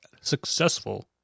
successful